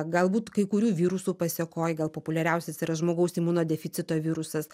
galbūt kai kurių virusų pasekoj gal populiariausias yra žmogaus imunodeficito virusas